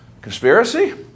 conspiracy